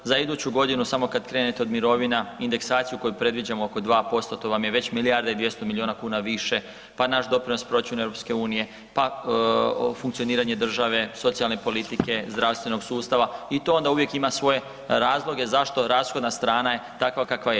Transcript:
Za iduću godinu samo kad krenete od mirovina, indeksaciju koju predviđamo oko 2%, to vam je već milijarda i 200 milijuna kuna više, pa naš doprinos proračunu EU, pa funkcioniranje države, socijalne politike, zdravstvenog sustava i to onda uvijek ima svoje razloge zašto rashodna strana je takva kakva je.